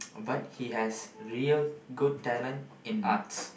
but he has real good talent in arts